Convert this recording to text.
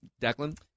Declan